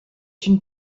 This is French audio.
une